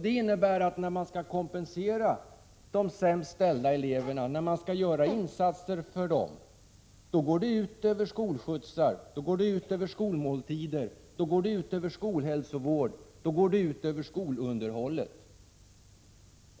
Det innebär att när man skall kompensera de sämst ställda eleverna, när man skall göra insatser för dem, går det ut över skolskjutsar, skolmåltider, skolhälsovård och skolunderhållet.